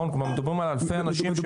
כלומר, אנחנו מדברים על אלפי אנשים שמקבלים.